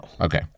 Okay